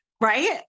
right